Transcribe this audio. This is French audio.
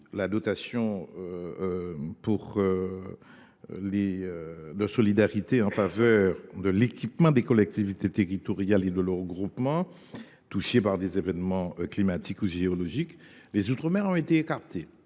la dotation de solidarité en faveur des équipements des collectivités territoriales et de leurs groupements touchés par des événements climatiques ou géologiques, il y a quelques années,